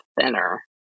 thinner